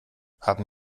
haben